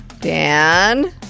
Dan